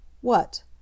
What